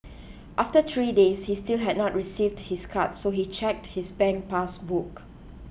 after three days he still had not received his card so he checked his bank pass book